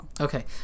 Okay